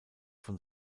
von